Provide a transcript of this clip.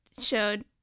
showed